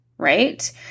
right